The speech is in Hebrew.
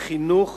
חינוך